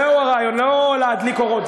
זהו הרעיון, לא להדליק אורות.